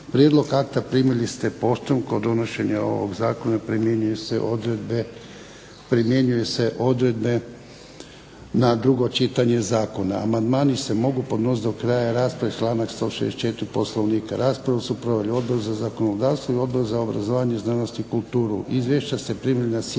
Prijedlog akta primili ste poštom. Kod donošenja ovog zakona primjenjuju se odredbe na drugo čitanje zakona. Amandmani se mogu podnositi do kraja rasprave, članak 164. Poslovnika. Raspravu su proveli Odbor za zakonodavstvo i Odbor za obrazovanje, znanost i kulturu. Izvješća ste primili na sjednici.